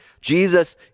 Jesus